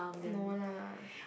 no lah